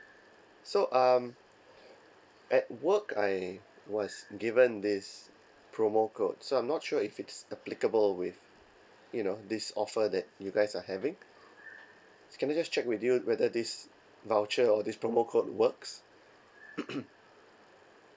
so um at work I was given this promo code so I'm not sure if it's applicable with you know this offer that you guys are having so can I just check with you whether this voucher or this promo code works